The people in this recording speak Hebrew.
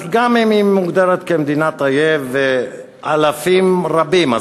אז גם אם היא מוגדרת כמדינת אויב ואלפים רבים,